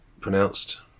pronounced